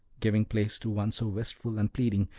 giving place to one so wistful and pleading,